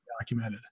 documented